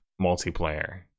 multiplayer